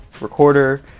recorder